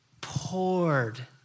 poured